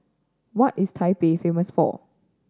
what is Taipei famous for